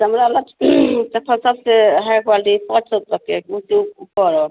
चमड़ा वाला अच्छा सबसे है क्वालटी पाँच सौ तक के है कि उससे ऊपर